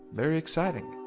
very exciting.